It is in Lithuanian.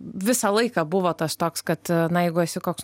visą laiką buvo tas toks kad na jeigu esi koks